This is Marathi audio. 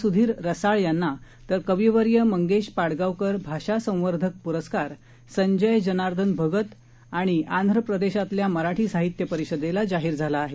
स्धीर रसाळ यांना तर कविवर्य मंगेश पाडगावकर भाषा संवर्धक पुरस्कार संजय जनार्दन भगत आणि आंध्र प्रदेशातल्या मराठी साहित्य परिषदेला जाहीर झाला आहे